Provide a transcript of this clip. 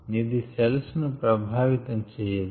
ఇది సేల్స్ ను ప్రభావితం చెయ్యదు